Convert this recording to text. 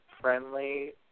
friendly